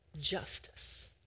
justice